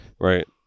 Right